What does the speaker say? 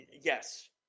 Yes